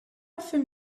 offer